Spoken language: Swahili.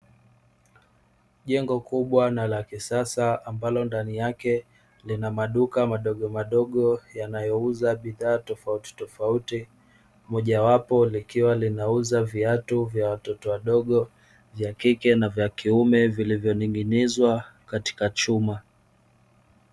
Jengo kubwa na la kisasa ambalo ndani yake lina maduka madogomadogo yanayouza bidhaa tofautitofauti, mojawapo likiwa linauza viatu vya watoto wadogo wa kike na wa kiume vilivyoning'inizwa katika chuma.